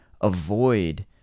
avoid